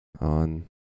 on